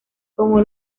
como